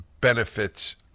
benefits